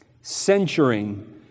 censuring